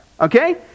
Okay